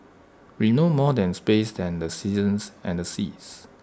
we know more than space than the seasons and the seas